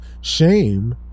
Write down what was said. Shame